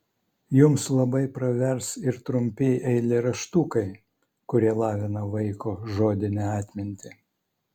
jums labai pravers ir trumpi eilėraštukai kurie lavina vaiko žodinę atmintį